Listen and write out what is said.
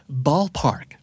ballpark